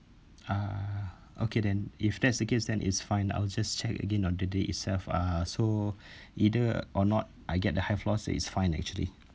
uh okay then if that's the case then it's fine I'll just check again on the day itself uh so either or not I get the high floors is fine actually